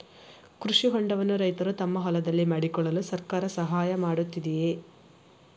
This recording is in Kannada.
ಕೃಷಿ ಹೊಂಡವನ್ನು ರೈತರು ತಮ್ಮ ಹೊಲದಲ್ಲಿ ಮಾಡಿಕೊಳ್ಳಲು ಸರ್ಕಾರ ಸಹಾಯ ಮಾಡುತ್ತಿದೆಯೇ?